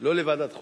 לא לוועדת חוקה?